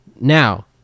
Now